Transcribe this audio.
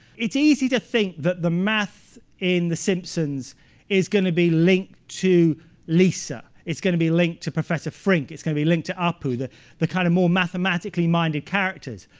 it's easy to think that the math in the simpsons is going to be linked to lisa, it's going to be linked to professor frink, it's going to be linked to apu, the the kind of more mathematically-minded characters.